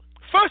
first